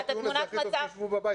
הכי טוב שישבו בבית.